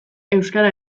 euskara